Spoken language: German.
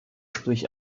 durch